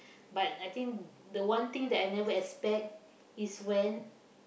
but I think the one thing that I never expect is when